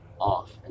off